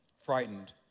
frightened